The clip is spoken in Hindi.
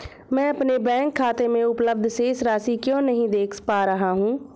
मैं अपने बैंक खाते में उपलब्ध शेष राशि क्यो नहीं देख पा रहा हूँ?